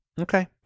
Okay